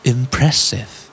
Impressive